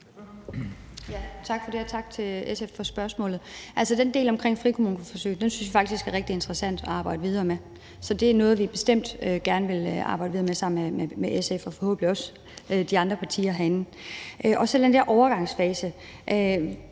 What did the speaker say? Tak for det, og tak til SF for spørgsmålet. Altså, den del omkring frikommuneforsøget synes vi faktisk er rigtig interessant at arbejde videre med. Så det er noget, vi bestemt gerne vil arbejde videre med sammen med SF og forhåbentlig også de andre partier herinde. Så er der den der overgangsfase,